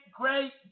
great